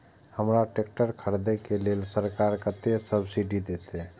हमरा ट्रैक्टर खरदे के लेल सरकार कतेक सब्सीडी देते?